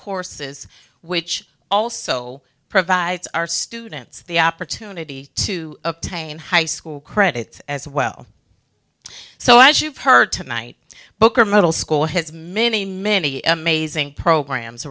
courses which also provides our students the opportunity to obtain high school credits as well so as you've heard tonight booker middle school has many many amazing programs